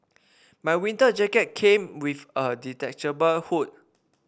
my winter jacket came with a detachable hood